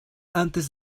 antes